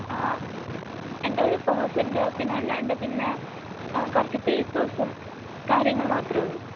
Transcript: ആ എൻ്റെ ഒരു പേഴ്സുണ്ട് പിന്നെ അല്ലാണ്ട് പിന്നെ കുറച്ച് പേപ്പെർസും കാര്യങ്ങളും മാത്രമേ ഉള്ളൂ